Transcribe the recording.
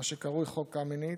מה שקרוי חוק קמיניץ.